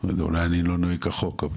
אולי אני לא נוהג כחוק.